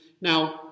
Now